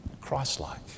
Christ-like